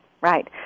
Right